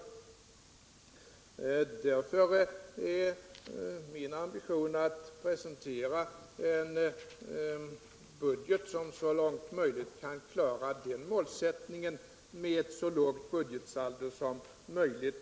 Min ambition är därför att presentera en budget som så långt som möjligt kan klara den målsättningen med så lågt budgetsaldo som möjligt.